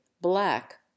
black